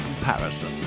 comparison